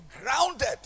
grounded